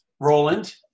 roland